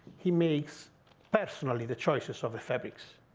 he makes personally the choices of the fabrics,